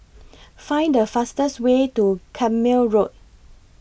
Find The fastest Way to Carpmael Road